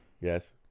Yes